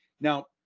Now